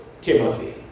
Timothy